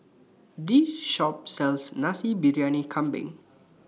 This Shop sells Nasi Briyani Kambing